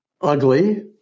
ugly